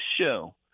show